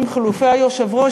עם חילופי היושב-ראש,